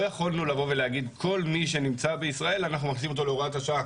לא יכולנו להגיד שכל מי שנמצא בישראל אנחנו מכניסים אותו להוראת השעה